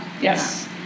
Yes